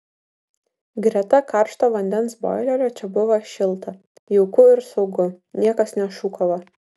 greta karšto vandens boilerio čia buvo šilta jauku ir saugu niekas nešūkavo